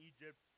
Egypt